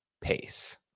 pace